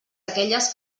aquelles